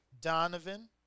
Donovan